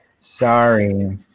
Sorry